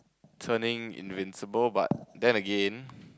turning into invincible but that again